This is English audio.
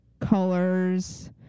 colors